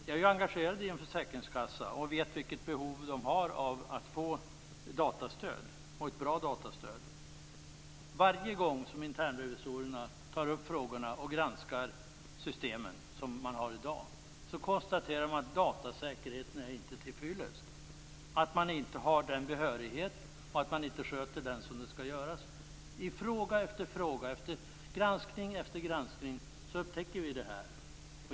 Jag är ju engagerad i en försäkringskassa och vet vilket behov man där har av att få ett bra datastöd. Varje gång som internrevisorerna tar upp frågorna och granskar de system som man i dag har konstaterar de att datasäkerheten inte är till fyllest. Man har inte den behörigheten, man kan inte sköta det som det skall skötas. I fråga efter fråga, i granskning efter granskning upptäcker vi detta.